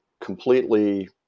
completely